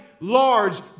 large